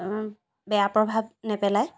বেয়া প্ৰভাৱ নেপেলায়